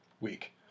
week